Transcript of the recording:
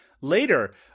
later